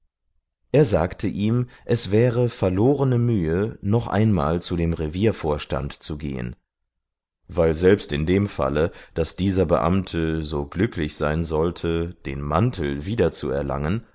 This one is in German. er sagte ihm es wäre verlorene mühe noch einmal zu dem reviervorstand zu gehen weil selbst in dem falle daß dieser beamte so glücklich sein sollte den mantel wiederzuerlangen